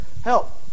help